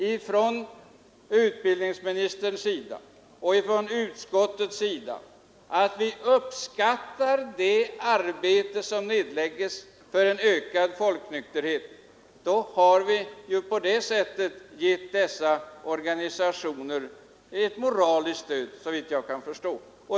Men om utbildningsministern och utskottet säger att man uppskattar det arbete som nedläggs för ökad folknykterhet, så har ju de här organisationerna fått ett moraliskt stöd.